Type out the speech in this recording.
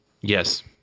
Yes